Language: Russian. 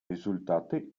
результаты